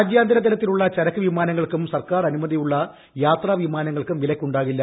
രാജ്യാന്തര തലത്തിലുള്ള ചരക്ക് വിമാനങ്ങൾക്കും സർക്കാർ അനുമതിയുള്ള യാത്രാ വിമാനങ്ങൾക്കും വിലക്കുണ്ടാകില്ല